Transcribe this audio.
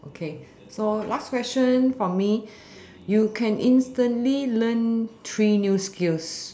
okay so last question from me you can instantly learn three new skills